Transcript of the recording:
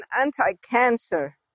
anti-cancer